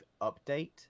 update